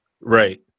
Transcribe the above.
right